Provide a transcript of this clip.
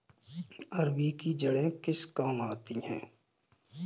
अरबी की जड़ें किस काम आती हैं?